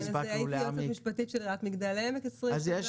הייתי יועצת משפטית של עיריית מגדל העמק 20 שנה,